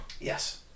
Yes